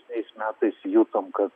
šiais metais jutom kad